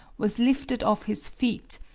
was lifted off his feet,